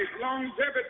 Longevity